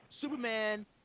Superman